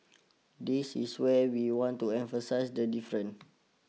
this is where we want to emphasize the different